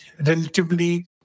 relatively